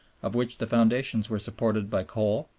of which the foundations were supported by coal,